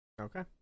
Okay